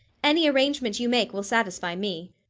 any arrangement you make will satisfy me.